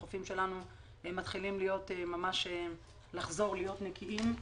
החופים שלנו מתחילים לחזור להיות נקיים.